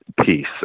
peace